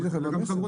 כן.